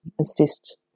assist